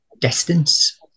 distance